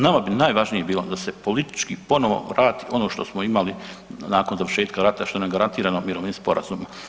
Nama bi najvažnije bilo da se politički ponovno vrati ono što smo imali nakon završetka rata što nam je garantirano mirovnim sporazumima.